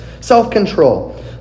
self-control